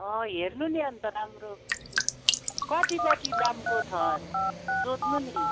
अँ हेर्नु नि अन्त राम्रो यसो कति कति दामको छ अरे सोध्नु नि